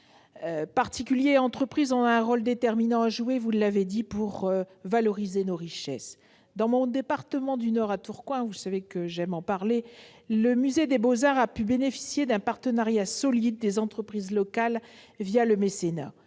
Particuliers et entreprises ont un rôle déterminant à jouer, vous l'avez dit, pour valoriser nos richesses. Dans mon département du Nord, à Tourcoing- vous le savez, j'aime en parler -, le musée des Beaux-Arts a pu bénéficier d'un partenariat solide des entreprises locales le mécénat.